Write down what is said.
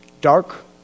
Dark